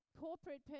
corporate